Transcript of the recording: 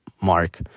mark